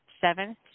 Seven